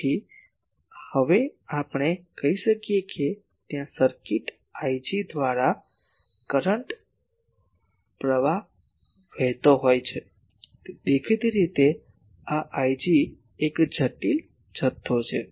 તેથી હવે આપણે કહી શકીએ કે ત્યાં સર્કિટ Ig દ્વારા કરંટ પ્રવાહ વહેતો હોય છે દેખીતી રીતે આ Ig એક જટિલ જથ્થો છે